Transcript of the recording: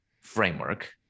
framework